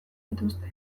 dituzte